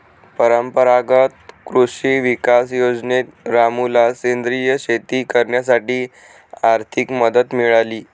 परंपरागत कृषी विकास योजनेत रामूला सेंद्रिय शेती करण्यासाठी आर्थिक मदत मिळाली